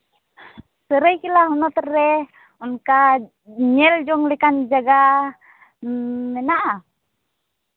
ᱥᱟᱹᱨᱟᱹᱭᱠᱮᱞᱟ ᱦᱚᱱᱚᱛ ᱨᱮ ᱚᱱᱠᱟ ᱧᱮᱞ ᱡᱚᱝ ᱞᱮᱠᱟᱱ ᱡᱟᱭᱜᱟ ᱢᱮᱱᱟᱜᱼᱟ